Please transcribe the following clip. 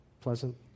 Pleasant